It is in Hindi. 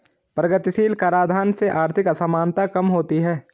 प्रगतिशील कराधान से आर्थिक असमानता कम होती है